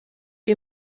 you